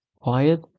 quiet